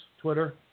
Twitter